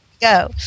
go